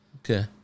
Okay